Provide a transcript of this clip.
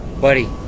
buddy